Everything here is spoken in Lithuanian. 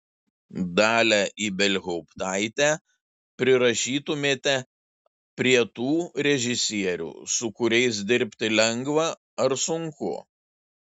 dalią ibelhauptaitę prirašytumėte prie tų režisierių su kuriais dirbti lengva ar sunku